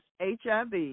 HIV